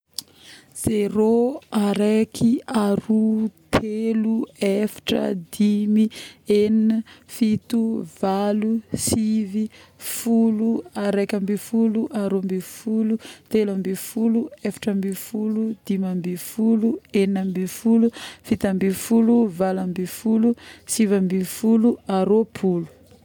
Zerô, araiky, aroa, telo, eftra, dimy, egnina, fito, valo, sivy, folo, araikambofolo, aroambofolo, teloambifolo, eframbifolo, dimambifolo, agninambefolo, fitambefolo, valoambefolo, siviambefolo, aroapolo